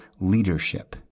leadership